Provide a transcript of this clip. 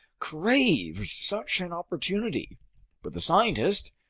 craves such an opportunity but the scientist,